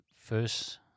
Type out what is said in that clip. first